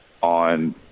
on –